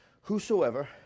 Whosoever